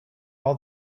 all